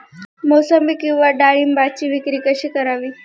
मोसंबी किंवा डाळिंबाची विक्री कशी करावी?